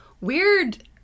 weird